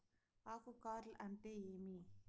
ఆకు కార్ల్ అంటే ఏమి?